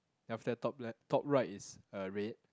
then after that top left~ top right is uh red